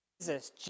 Jesus